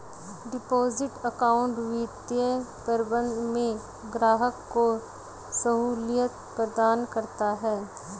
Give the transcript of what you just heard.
deposit account वित्तीय प्रबंधन में ग्राहक को सहूलियत प्रदान करता है